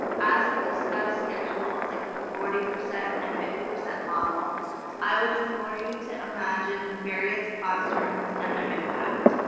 as we discuss schedules like the forty percent and fifty percent model i would implore you to imagine the various classrooms and their impact.